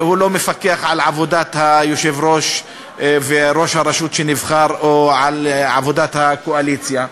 הוא לא מפקח על עבודת ראש הרשות שנבחר או על עבודת הקואליציה.